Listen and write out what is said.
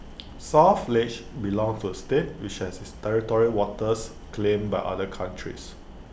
south ledge belonged to A state which has its territorial waters claimed by other countries